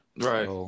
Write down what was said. Right